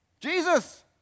Jesus